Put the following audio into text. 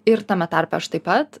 ir tame tarpe aš taip pat